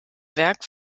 werk